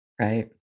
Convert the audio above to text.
Right